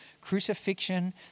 crucifixion